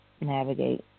navigate